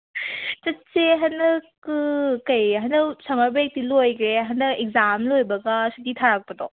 ꯆꯠꯁꯦ ꯍꯟꯗꯛ ꯀꯔꯤ ꯍꯟꯗꯛ ꯁꯝꯃꯔ ꯕ꯭ꯔꯦꯛꯇꯤ ꯂꯣꯏꯈ꯭ꯔꯦ ꯍꯟꯗꯛ ꯑꯦꯛꯖꯥꯝ ꯂꯣꯏꯕꯒ ꯁꯨꯇꯤ ꯊꯥꯔꯛꯄꯗꯣ